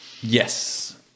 Yes